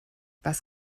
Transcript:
was